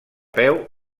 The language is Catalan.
peu